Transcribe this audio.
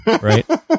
right